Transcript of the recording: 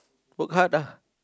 work hard lah